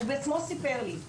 הוא בעצמו סיפר לי,